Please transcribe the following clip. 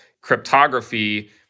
cryptography